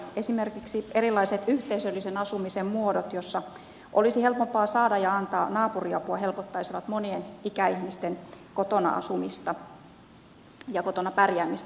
esimerkiksi erilaiset yhteisöllisen asumisen muodot joissa olisi helpompi saada ja antaa naapuriapua helpottaisivat monien ikäihmisten kotona asumista ja kotona pärjäämistä